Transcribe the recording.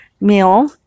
meal